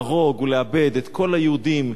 להרוג ולאבד את כל היהודים,